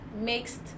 mixed